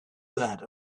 that